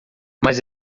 mas